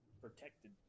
protected